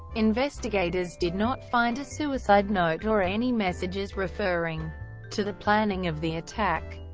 investigators did not find a suicide note or any messages referring to the planning of the attack.